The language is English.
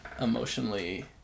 emotionally